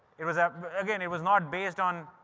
it was, ah but again, it was not based on,